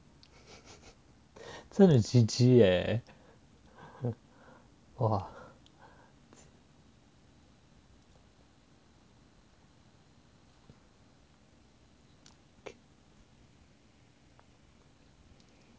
真的 G_G eh !wah!